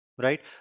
right